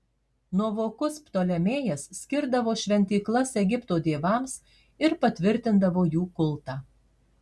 nuovokus ptolemėjas skirdavo šventyklas egipto dievams ir patvirtindavo jų kultą